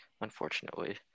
Unfortunately